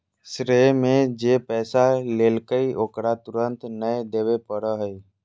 श्रेय में जे पैसा लेलकय ओकरा तुरंत नय देबे पड़ो हइ